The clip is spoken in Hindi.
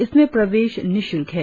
इसमें प्रवेश निशुल्क है